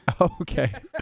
Okay